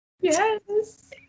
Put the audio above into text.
yes